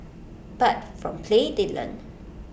but from play they learn